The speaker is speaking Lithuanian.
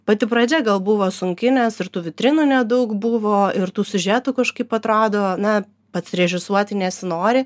pati pradžia gal buvo sunki nes ir tų vitrinų nedaug buvo ir tų siužetų kažkaip atrado na pats režisuoti nesinori